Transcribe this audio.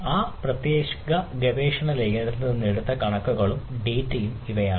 ആ പ്രത്യേക ഗവേഷണ ലേഖനത്തിൽ നിന്ന് എടുത്ത കണക്കുകളും ഡാറ്റയും ഇവയാണ്